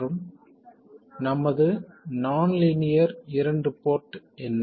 மற்றும் நமது நான் லீனியர் இரண்டு போர்ட் என்ன